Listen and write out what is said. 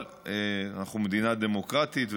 אבל אנחנו מדינה דמוקרטית,